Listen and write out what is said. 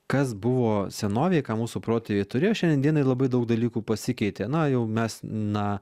kas buvo senovėj ką mūsų protėviai turėjo šiandien dienai labai daug dalykų pasikeitė na jau mes na